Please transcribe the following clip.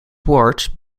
wards